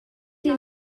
til